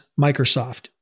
Microsoft